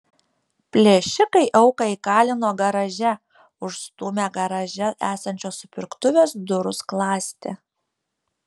plėšikai auką įkalino garaže užstūmę garaže esančios supirktuvės durų skląstį